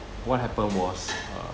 what happened was uh